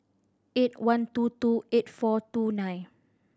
eight one two two eight four two nine